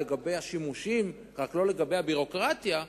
לגבי השימושים ורק לא לגבי הביורוקרטיה,